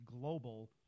global